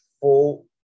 full